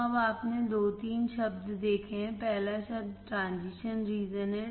तो अब आपने दो तीन शब्द देखे हैं पहला शब्द ट्रांजिशन रीजन है